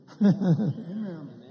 Amen